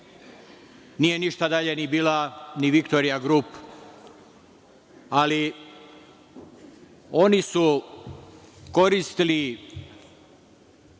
Nije ništa dalje bila ni „Viktorija grup“, ali oni su koristili